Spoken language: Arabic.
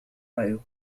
رأيك